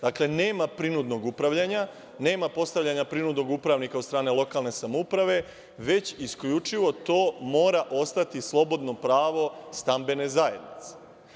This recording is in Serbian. Dakle, nema prinudnog upravljanja, nema postavljanja prinudnog upravnika od strane lokalne samouprave, već isključivo to mora ostati slobodno pravo stambene zajednice.